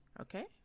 okay